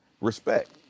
respect